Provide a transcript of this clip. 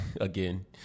again